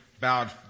bowed